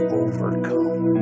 overcome